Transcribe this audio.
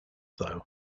though